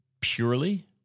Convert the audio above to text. purely